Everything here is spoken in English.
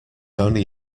only